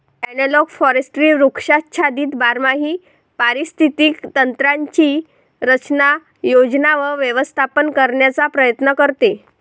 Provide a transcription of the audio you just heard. analogue forestry वृक्षाच्छादित बारमाही पारिस्थितिक तंत्रांची रचना, योजना व व्यवस्थापन करण्याचा प्रयत्न करते